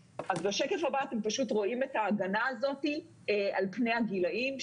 בשקף הבא אתם פשוט רואים את ההגנה הזאת על פני הגילים.